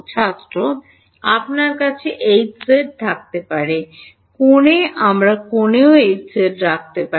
ছাত্র আপনার কাছে Hz থাকতে পারে কোণে আমরা কোণেও Hz রাখতে পারি